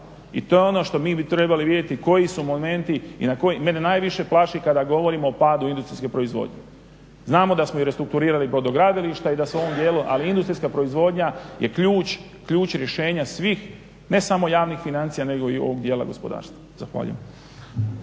I to je ono što bi mi trebali vidjeti koji su momenti i mene najviše plaši kada govorimo o padu industrijske proizvodnje. Znamo da smo i restrukturirali brodogradilišta i da se u ovom dijelu, ali industrijska proizvodnja je ključ rješenja svih, ne samo javnih financija nego i ovog dijela gospodarstva. Zahvaljujem.